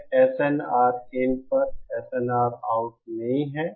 यह SNRin पर SNRout नहीं है